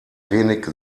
wenig